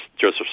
Joseph